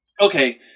Okay